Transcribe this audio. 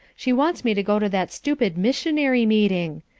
she wants me to go to that stupid missionary meeting.